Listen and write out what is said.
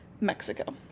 Mexico